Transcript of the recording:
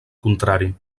contrari